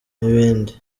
n’ibindi